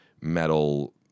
metal